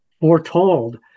foretold